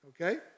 okay